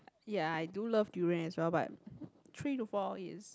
ya I do love durian as well but three to four of it is